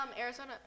Arizona